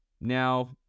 now